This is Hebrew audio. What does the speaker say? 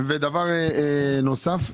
דבר נוסף.